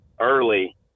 early